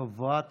חברת